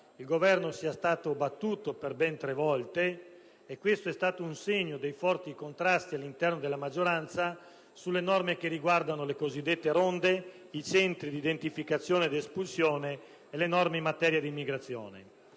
il Governo sia stato battuto per ben tre volte: questo è stato un segno dei forti contrasti all'interno della maggioranza sulle norme che riguardano le cosiddette ronde, i centri di identificazione e di espulsione e le norme in materia di immigrazione.